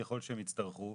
ככל שהם יצטרכו.